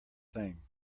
thing